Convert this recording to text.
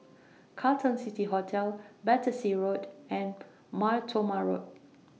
Carlton City Hotel Battersea Road and Mar Thoma Road